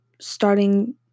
starting